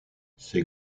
ces